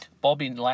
Bobby